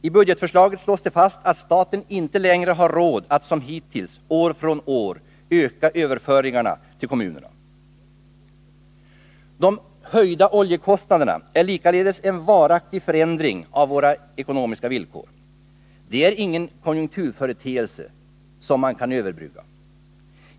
I budgetförslaget slås det fast att staten inte längre har råd att som hittills år från år öka överföringarna till kommunerna. De höjda oljekostnaderna är likaledes en varaktig förändring av våra ekonomiska villkor. De är ingen konjunkturföreteelse som man kan överbrygga.